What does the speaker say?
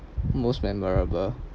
most memorable